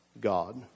God